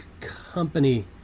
Company